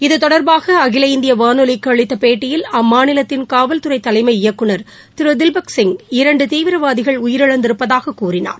இத்தொடர்பாக அகில இந்திய வானொலிக்கு அளித்த பேட்டியில் அம்மாநிலத்தின் காவல்துறை தலைமை இயக்குனர் திரு தில்பக் சிங் இரண்டு தீவிரவாதிகள் உயிரிழந்திருப்பதாக கூறினார்